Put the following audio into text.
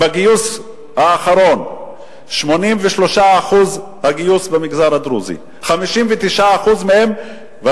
בגיוס האחרון, 83% בגיוס במגזר הדרוזי, והצ'רקסי.